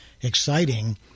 exciting